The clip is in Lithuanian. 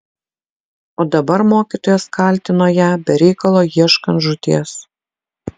o dabar mokytojas kaltino ją be reikalo ieškant žūties